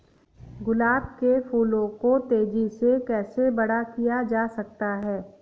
गुलाब के फूलों को तेजी से कैसे बड़ा किया जा सकता है?